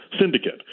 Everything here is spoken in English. syndicate